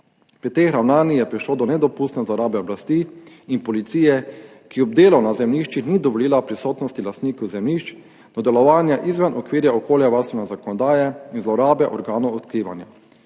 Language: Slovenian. Pri teh ravnanjih je prišlo do nedopustne zlorabe oblasti in policije, ki ob delu na zemljiščih ni dovolila prisotnosti lastnikov zemljišč, do delovanja izven okvirja okoljevarstvene zakonodaje in zlorabe organov odkrivanja.